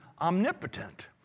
omnipotent